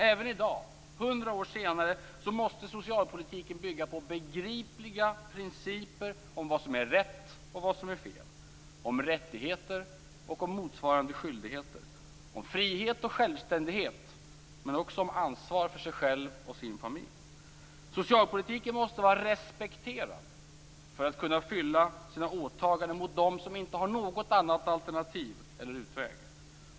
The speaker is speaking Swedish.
Även i dag, 100 år senare, måste socialpolitiken bygga på begripliga principer om vad som är rätt och vad som är fel, om rättigheter och motsvarande skyldigheter, om frihet och självständighet och också om ansvar för sig själv och sin familj. Socialpolitiken måste vara respekterad för att kunna uppfylla sina åtaganden mot dem som inte har något annat alternativ eller någon annan utväg.